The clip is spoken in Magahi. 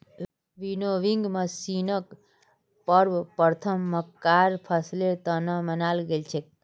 विनोविंग मशीनक सर्वप्रथम मक्कार फसलेर त न बनाल गेल छेक